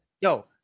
Yo